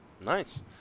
Nice